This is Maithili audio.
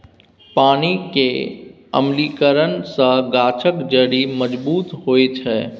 पानि केर अम्लीकरन सँ गाछक जड़ि मजबूत होइ छै